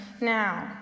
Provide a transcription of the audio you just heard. now